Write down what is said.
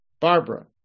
Barbara